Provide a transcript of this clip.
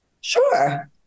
Sure